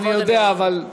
אני יודע, אבל עצם,